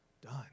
done